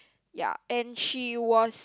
ya and she was